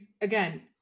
again